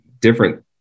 different